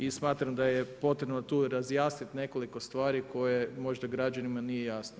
I smatram da je potrebno tu razjasniti nekoliko stvari koje možda građanima nije jasno.